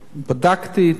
בדקתי, תאמין לי.